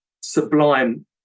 sublime